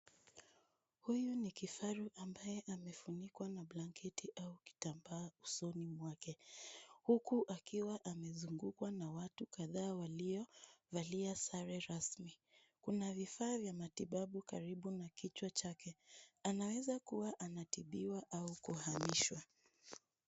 Huyu ni kifaru ambaye amefunikwa na blanketi au kitambaa usoni mwake huku akiwa amezunguwa na watu kadhaa waliovalia sare rasmi. Kuna vifaa vya matibabu karibu na kichwa chake, anaweza kuwa anatibiwa au kuhamishwa.